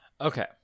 Okay